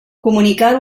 comunicar